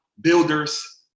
builders